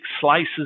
slices